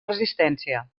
resistència